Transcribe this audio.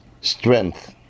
strength